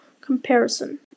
comparison